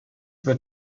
wird